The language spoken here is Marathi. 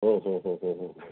हो हो होहो हो हो